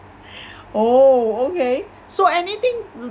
oh okay so anything